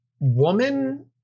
woman